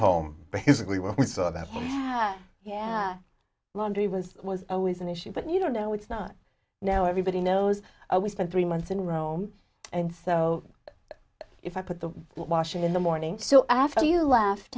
home basically when we saw that yeah laundry was was always an issue but you don't know it's not now everybody knows we spent three months in rome and so if i put the washing in the morning so after you left